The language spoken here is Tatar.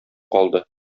калды